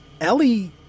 Ellie